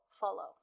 follow